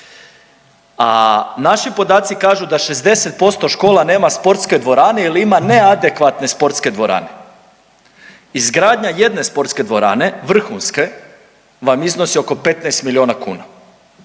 a naši podaci kažu da 60% škola nema sportske dvorane ili ima neadekvatne sportske dvorane. Izgradnja jedne sportske dvorane vrhunske vam iznosi oko 15 milijuna kuna,